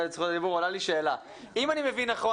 אני מבין נכון,